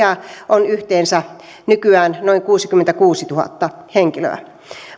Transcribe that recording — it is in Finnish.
on yhteensä nykyään noin kuusikymmentäkuusituhatta henkilöä